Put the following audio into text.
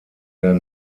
dieser